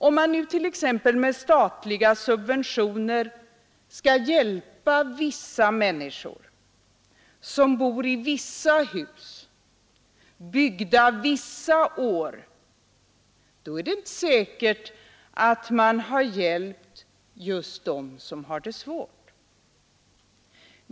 Om man nu t.ex. med statliga subventioner skall hjälpa vissa människor, som bor i vissa hus, byggda vissa år, är det inte säkert att man har hjälpt just dem som har det svårt.